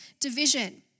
division